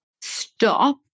stop